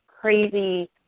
crazy